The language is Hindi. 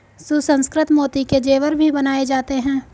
सुसंस्कृत मोती के जेवर भी बनाए जाते हैं